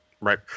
Right